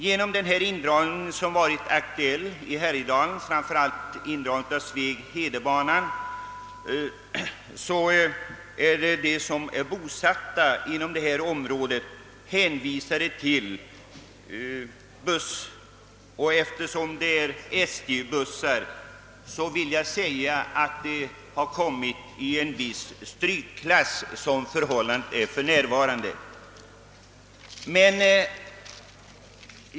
Genom den indragning, som varit aktuell i Härjedalen, framför allt av Sveg—Hedebanan, har de som är bosatta inom detta område blivit hänvisade till bussar, och eftersom det är SJ bussar har de kommit i en viss strykklass.